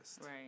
Right